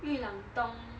裕廊东